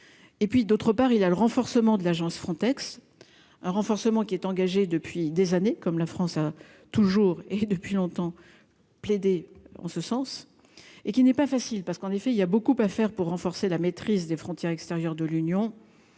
et puis d'autre part, il a le renforcement de l'agence Frontex un renforcement qui est engagé depuis des années, comme la France a toujours et depuis longtemps plaidé en ce sens et qui n'est pas facile parce qu'en effet il y a beaucoup à faire pour renforcer la maîtrise des frontières extérieures de l'Union,